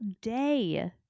day